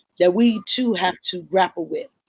that we too have to grapple with.